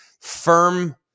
firm